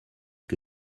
que